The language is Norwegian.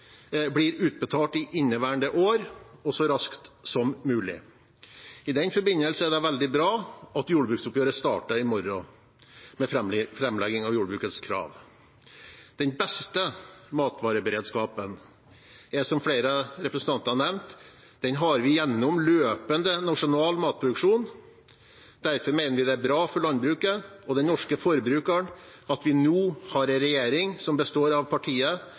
blir utbetalt i inneværende år og så raskt som mulig. I den forbindelse er det veldig bra at jordbruksoppgjøret starter i morgen, med framlegging av jordbrukets krav. Den beste matvareberedskapen har vi, som flere representanter har nevnt, gjennom løpende nasjonal matproduksjon. Derfor mener vi det er bra for landbruket og den norske forbrukeren at vi nå har en regjering som består av